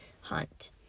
hunt